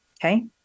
Okay